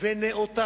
תלונות.